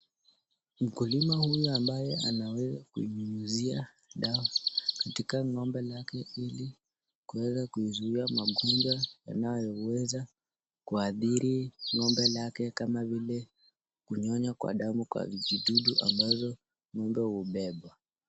Mkulima huyu ambaye anaweza kuinyunyuzia dawa katika ngombe lake, ilikuweza kuzuia magonjwa wanayo weza kuhadhiri ngombe lake kama vile kunyonya kwa damu kwa vijidudu ambazo nyumba ubeba.